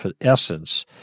essence